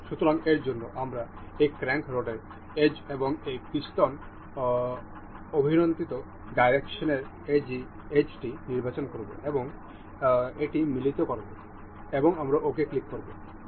সুতরাং এর জন্য আমরা এই ক্র্যাঙ্ক রডের এজ এবং এই পিস্টন অভ্যন্তরীণ ডাইরেক্শনেের এজটি নির্বাচন করব এবং এটি মিলিত করব এবং আমরা ok ক্লিক করব